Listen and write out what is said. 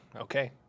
Okay